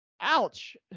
ouch